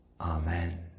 Amen